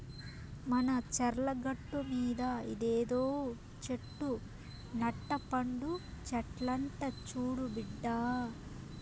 మన చర్ల గట్టుమీద ఇదేదో చెట్టు నట్ట పండు చెట్లంట చూడు బిడ్డా